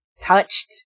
touched